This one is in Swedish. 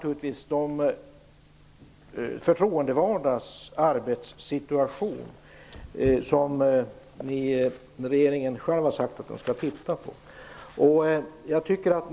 Regeringen har självt sagt att man skall se över de förtroendevaldas arbetssituation.